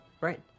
Right